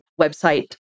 website